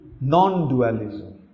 non-dualism